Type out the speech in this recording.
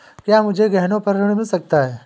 क्या मुझे गहनों पर ऋण मिल सकता है?